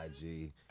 IG